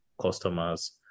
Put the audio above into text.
customers